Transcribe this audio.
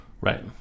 Right